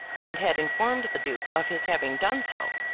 and had informed the duke of his having done so.